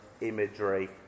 imagery